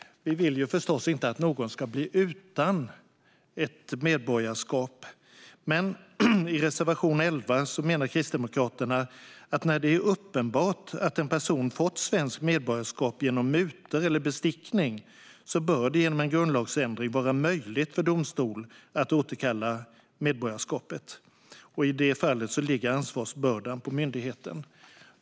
Vi vill förstås inte att någon ska stå utan medborgarskap. Men i reservation 11 menar Kristdemokraterna att när det är uppenbart att en person har fått svenskt medborgarskap genom mutor eller bestickning bör det genom en grundlagsändring vara möjligt för domstol att återkalla medborgarskapet. I det fallet ligger ansvarsbördan på myndigheten.